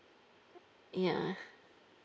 ya